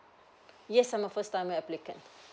yes I'm a first timer applicant